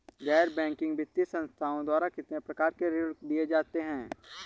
गैर बैंकिंग वित्तीय संस्थाओं द्वारा कितनी प्रकार के ऋण दिए जाते हैं?